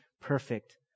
perfect